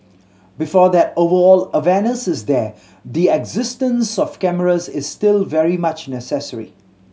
before that overall awareness is there the existence of cameras is still very much necessary